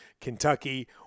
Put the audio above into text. Kentucky